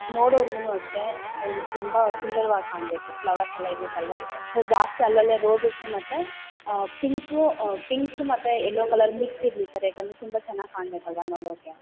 ನೋಡೋರಿಗುನು ಅಷ್ಟೇ ಒಂದು ತುಂಬಾ ಸುಂದರವಾಗಿ ಕಾಣಬೇಕು ಫ್ಲವರ್ಸ್ ಎಲ್ಲ ಇರುತ್ತಲ್ವಾ ನೀವು ಜಾಸ್ತಿ ಅಲ್ಲಲ್ಲೇ ರೋಸಸ್ ಮತ್ತೆ ಪಿಂಕು ಪಿಂಕ್ ಮತ್ತೆ ಯೆಲ್ಲೋ ಕಲರ್ ಮಿಕ್ಸ್ ಇರಲಿ ಸರ್ ಯಾಕೆಂದ್ರೆ ತುಂಬಾ ಚೆನ್ನಾಗಿ ಕಾಣಬೇಕಲ್ವಾ ನೋಡೋಕೆ